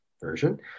version